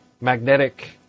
magnetic